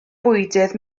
bwydydd